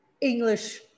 English